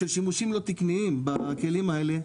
של שימושים לא תקניים בכלים האלה,